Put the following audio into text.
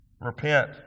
Repent